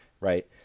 right